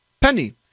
penny